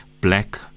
black